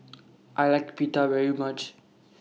I like Pita very much